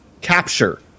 capture